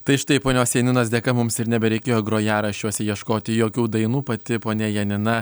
tai štai ponios janinos dėka mums ir nebereikėjo grojaraščiuose ieškoti jokių dainų pati ponia janina